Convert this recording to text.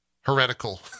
heretical